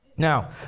Now